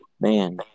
Man